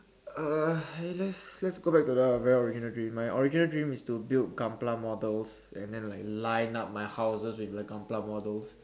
uh eh let's let's go back to the very original dream my original dream is to build gunpla models and then like line up my houses with the gunpla models